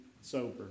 sober